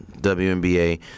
WNBA